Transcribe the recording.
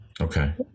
Okay